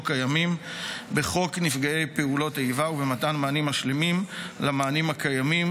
קיימים בחוק נפגעי פעולות איבה ובמתן מענים משלימים למענים הקיימים,